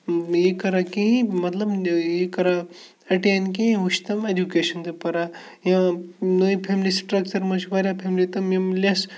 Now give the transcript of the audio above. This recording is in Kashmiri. یہِ کَران کِہیٖنۍ مطلب یہِ کَران اَٹینڈ کِہیٖنۍ وٕچھِ تم اٮ۪جوٗکیشَن تہِ پَران یا نٔے فیملی سٹرٛکچَر مَنٛز چھِ واریاہ فیملی تم یِم لٮ۪س